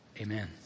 Amen